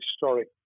historic